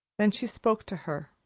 then she spoke to her.